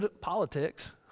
politics